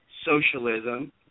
socialism